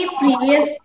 previous